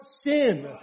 sin